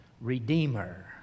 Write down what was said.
redeemer